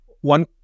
One